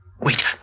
Wait